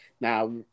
now